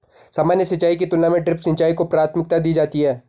सामान्य सिंचाई की तुलना में ड्रिप सिंचाई को प्राथमिकता दी जाती है